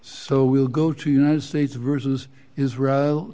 so we'll go to united states versus israel